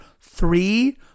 three